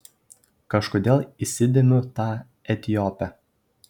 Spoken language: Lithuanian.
kažkodėl įsidėmiu tą etiopę